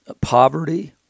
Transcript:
poverty